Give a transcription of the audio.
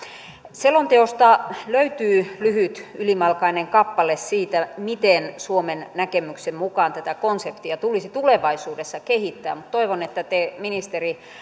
selonteosta löytyy lyhyt ylimalkainen kappale siitä miten suomen näkemyksen mukaan tätä konseptia tulisi tulevaisuudessa kehittää mutta toivon että te ministeri